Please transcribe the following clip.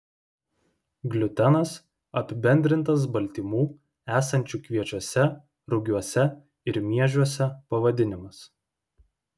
gliutenas apibendrintas baltymų esančių kviečiuose rugiuose ir miežiuose pavadinimas